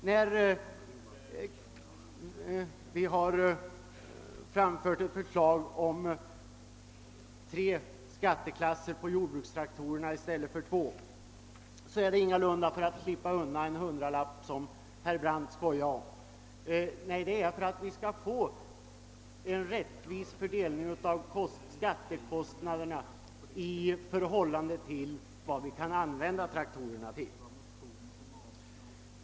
När vi har framfört ett förslag om tre skatteklasser för jordbrukstraktorerna i stället för två, är anledningen ingalunda att vi skall slippa undan en hundralapp som herr Brandt skämtade om. Nej, anledningen är att vi vill få en rättvis fördelning av skattekostnaderna i förhållande till vad vi kan använda traktorerna till.